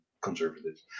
conservatives